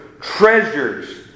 treasures